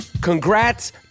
Congrats